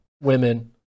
women